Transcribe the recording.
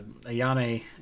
Ayane